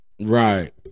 Right